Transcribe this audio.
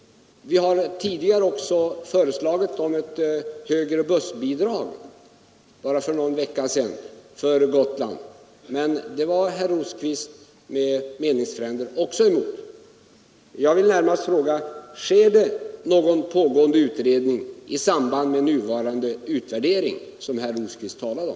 För bara någon vecka sedan föreslog vi att högre bussbidrag skall utgå för Gotland. Också det motsatte sig herr Rosqvist och hans meningsfränder. Görs det alltså någon utredning i samband med den pågående utvärdering som herr Rosqvist talade om?